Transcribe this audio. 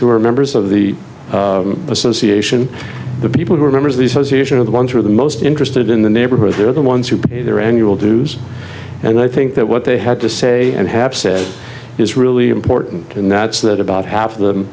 who are members of the association the people who are members of the association of the ones who are the most interested in the neighborhoods they're the ones who pay their annual dues and i think that what they had to say and have said is really important and that is that about half of them